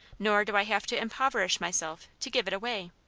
nor do i have to impoverish myself to give it away.